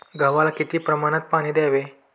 गव्हाला किती प्रमाणात पाणी द्यावे?